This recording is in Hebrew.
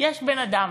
יש בן-אדם.